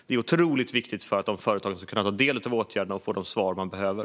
Det är otroligt viktigt för att företagen ska kunna ta del av åtgärderna och få de svar de behöver.